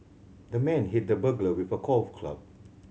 the man hit the burglar with a golf club